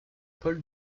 paul